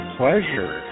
pleasure